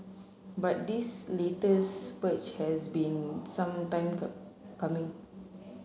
but this latest purge has been some time coming